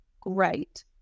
great